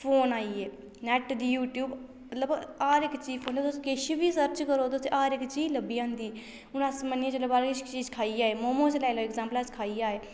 phone आई गे net YouTube मतलब हर इक चीज फोना पर तुस किश बी सर्च करो तुसें हर इक चीजां लब्भी जांदी हून अस मन्नियै चलो बाह्रा किश चीज खाइयै आए मोमोस लाई लैओ एग्जांपल अस खाइयै आए